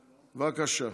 בבקשה,